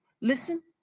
Listen